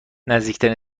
نزدیکترین